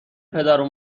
پدرو